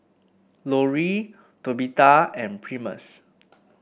Lori Tabitha and Primus